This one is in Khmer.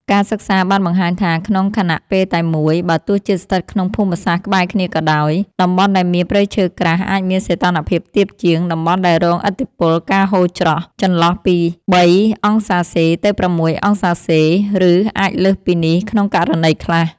ការសិក្សាបានបង្ហាញថា ក្នុងខណៈពេលតែមួយ បើទោះជាស្ថិតក្នុងភូមិសាស្ត្រក្បែរគ្នាក៏ដោយ តំបន់ដែលមានព្រៃឈើក្រាស់អាចមានសីតុណ្ហភាពទាបជាងតំបន់ដែលរងឥទ្ធិពល ការហូរច្រោះ ចន្លោះពី ៣°C ទៅ ៦°C ឬអាចលើសពីនេះក្នុងករណីខ្លះ។